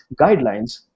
guidelines